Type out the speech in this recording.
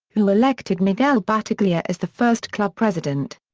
who elected miguel battaglia as the first club president.